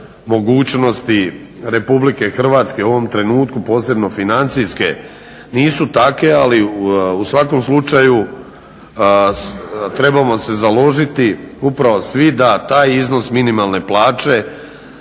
mogućnosti Republike Hrvatske u ovom trenutku, posebno financijske nisu takve ali u svakom slučaju trebamo se založiti upravo svi da taj iznos minimalne plaće